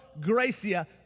gracia